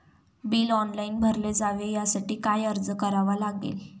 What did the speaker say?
Bill online भरले जावे यासाठी काय अर्ज करावा लागेल?